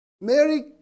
Mary